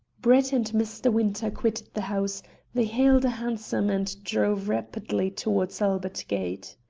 brett and mr. winter quitted the house they hailed a hansom, and drove rapidly towards albert gate.